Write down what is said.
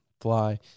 fly